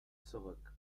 zurück